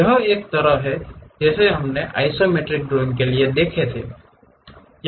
यह एक तरह से हमने आइसोमेट्रिक ड्रॉइंग के लिए देखा है